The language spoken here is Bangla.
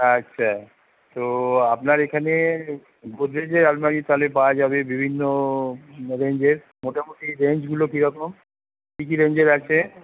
আচ্ছা তো আপনার এখানে গোদরেজের আলমারি তাহলে পাওয়া যাবে বিভিন্ন রেঞ্জের মোটামুটি রেঞ্জগুলো কী রকম কী কী রেঞ্জের আছে